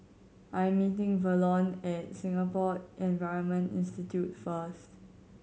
I am meeting Verlon at Singapore Environment Institute first